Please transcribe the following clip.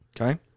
Okay